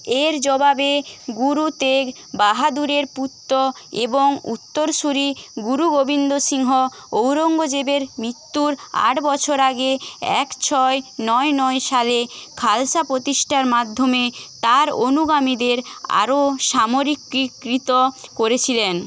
এর জবাবে গুরু তেগ বাহাদুরের পুত্র এবং উত্তরসূরি গুরু গোবিন্দ সিংহ ঔরঙ্গজেবের মৃত্যুর আট বছর আগে এক ছয় নয় নয় সালে খালসা প্রতিষ্ঠার মাধ্যমে তার অনুগামীদের আরও সামরিকীকৃত করেছিলেন